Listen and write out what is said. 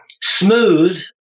smooth